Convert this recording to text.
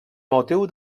motiu